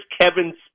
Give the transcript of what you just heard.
Kevin